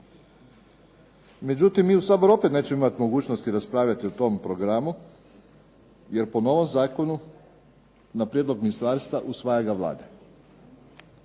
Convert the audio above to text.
Međutim, mi u Saboru opet nećemo imati mogućnosti raspravljati o tom programu jer po novom zakonu na prijedlog ministarstva usvaja ga Vlada.